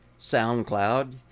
SoundCloud